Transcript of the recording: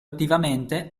attivamente